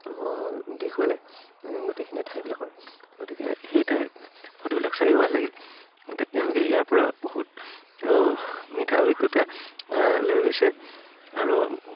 দেখুৱালে গোটেইখিনিয়ে ঠাইবিলাকৰ গতিকে সেই ঠাইৰ ফটোবিলাক চাইও ভাল লাগিল তেওঁলোকে ইয়াৰ পৰা বহুত মিঠা অভিজ্ঞতা লৈ গৈছে আৰু